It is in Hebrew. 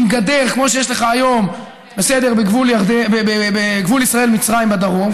עם גדר כמו שיש לך היום בגבול ישראל מצרים בדרום,